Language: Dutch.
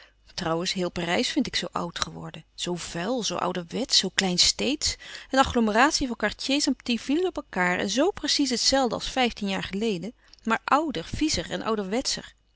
trouwens heel parijs vind ik zoo oud geworden zoo vuil zoo ouderwetsch zoo kleinsteedsch een agglomeratie van quartiers en petites villes op elkaâr en zoo precies het zelfde als vijftien jaar geleden maar louis couperus van oude menschen de dingen die voorbij gaan ouder viezer en ouderwetscher